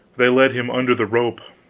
they led him under the rope.